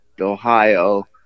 Ohio